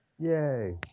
Yay